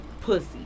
pussy